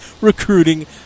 Recruiting